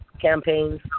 campaigns